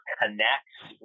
connects